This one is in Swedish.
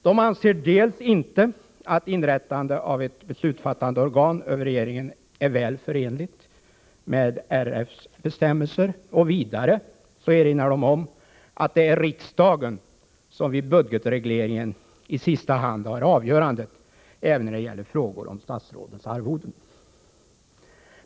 De anser inte att inrättande av ett beslutsfattande organ över regeringen är förenligt med RF:s bestämmelser. Vidare erinrar de om att det är riksdagen som vid budgetregleringen i sista hand har avgörandet även när det gäller frågor om statsrådens arvoden.